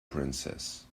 princess